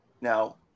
Now